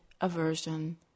aversion